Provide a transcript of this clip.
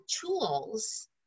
tools